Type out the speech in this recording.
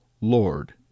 Lord